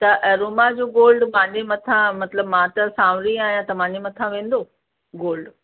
त अरोमा जो गोल्ड मुंहिंजे मथां मतिलबु मां त सांवली आहियां त मुंहिंजे मथां वेंदो गोल्ड